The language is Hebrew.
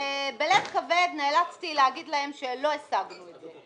ובלב כבד נאלצתי להגיד להם שלא השגנו את זה.